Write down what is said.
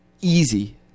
easy